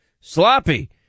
sloppy